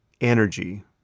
energy